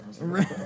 Right